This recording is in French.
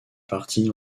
parti